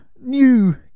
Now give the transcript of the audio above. new